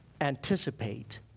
anticipate